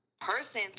person